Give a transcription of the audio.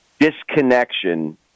disconnection